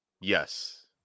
Yes